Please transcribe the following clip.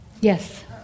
Yes